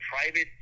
private